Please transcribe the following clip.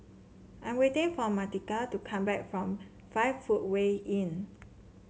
I am waiting for Martika to come back from Five Footway Inn